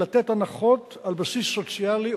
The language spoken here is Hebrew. מלתת הנחות על בסיס סוציאלי,